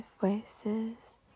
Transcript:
voices